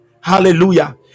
Hallelujah